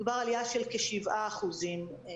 מדובר על עלייה של כ-7% בתלונות.